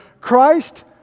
Christ